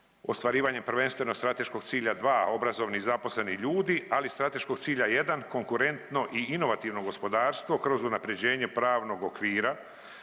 ostvarivanje prvenstveno strateškog cilja 2, obrazovni i zaposleni ljudi, ali i strateškog cilja 1, konkurentno i inovativno gospodarstvo kroz unaprjeđenje pravnog okvira